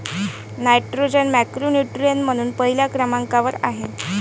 nitrogen macronutrient म्हणून पहिल्या क्रमांकावर आहे